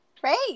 Great